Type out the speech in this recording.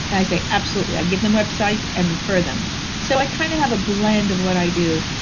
i say, absolutely. i give them websites and refer them so i kind of have a blend of what i do.